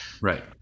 Right